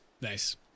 Nice